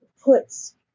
puts